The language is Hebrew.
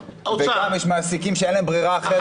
וגם יש מעסיקים שאין להם ברירה אחרת,